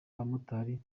abamotari